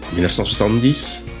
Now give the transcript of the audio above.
1970